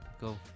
Go